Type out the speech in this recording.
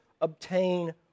obtain